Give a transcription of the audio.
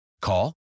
Call